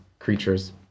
Creatures